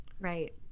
Right